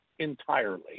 entirely